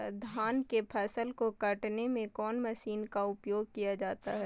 धान के फसल को कटने में कौन माशिन का उपयोग किया जाता है?